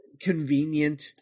convenient